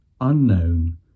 unknown